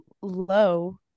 low